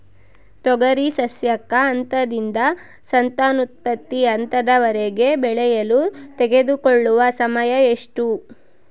ತೊಗರಿ ಸಸ್ಯಕ ಹಂತದಿಂದ ಸಂತಾನೋತ್ಪತ್ತಿ ಹಂತದವರೆಗೆ ಬೆಳೆಯಲು ತೆಗೆದುಕೊಳ್ಳುವ ಸಮಯ ಎಷ್ಟು?